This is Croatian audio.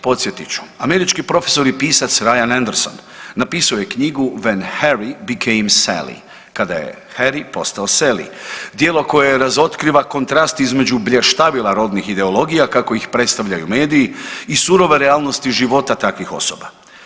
Podsjetit ću američki profesor i pisac Ryan Anderson napisao je knjigu When Harry became Sally, kada je Herry postao Sally, djelo koje razotkriva kontrast između bještavila rodnih ideologija kako ih predstavljaju mediji i surove realnosti života takvih osoba.